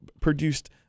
produced